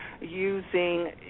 using